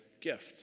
gift